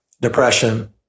depression